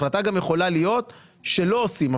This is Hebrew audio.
החלטה גם יכולה להיות שלא עושים,